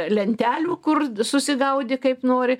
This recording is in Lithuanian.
lentelių kur susigaudyk kaip nori